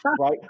right